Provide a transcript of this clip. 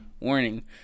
Warning